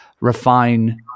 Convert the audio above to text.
refine